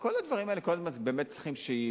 כל הדברים האלה באמת כל הזמן צריך שייבדקו,